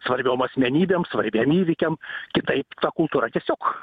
svarbiom asmenybėm svarbiem įvykiam kitaip ta kultūra tiesiog